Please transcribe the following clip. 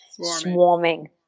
swarming